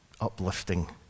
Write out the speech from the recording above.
uplifting